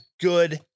good